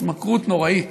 התמכרות נוראית.